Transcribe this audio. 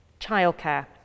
Childcare